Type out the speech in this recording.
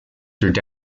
through